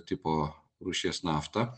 tipo rūšies naftą